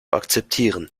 akzeptieren